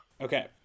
Okay